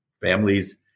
families